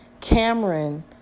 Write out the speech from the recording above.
Cameron